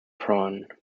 prawn